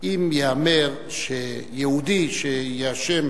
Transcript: אם ייאמר שיהודי שיואשם